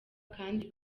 kandi